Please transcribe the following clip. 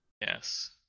Yes